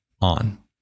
on